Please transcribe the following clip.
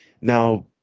Now